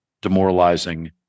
demoralizing